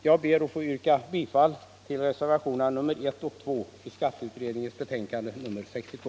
Jag ber att få yrka bifall till reservationerna 1 och 2 vid skatteutskottets betänkande nr 62.